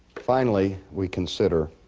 finally, we consider